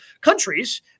countries